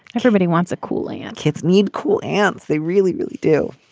everybody wants a cool. and kids need cool aunts they really really do.